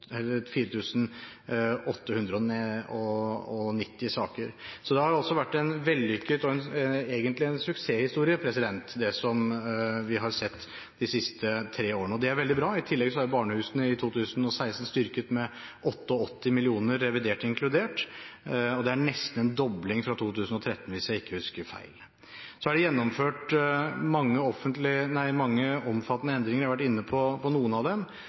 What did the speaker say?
saker. Det har altså vært vellykket og egentlig en suksesshistorie, det som vi har sett de siste tre årene, og det er veldig bra. I tillegg er barnehusene i 2016 styrket med 88 mill. kr, revidert inkludert, og det er nesten en dobling fra 2013, hvis jeg ikke husker feil. Så er det gjennomført mange omfattende endringer. Jeg har vært inne på noen av dem.